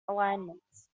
alignments